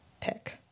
pick